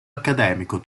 accademico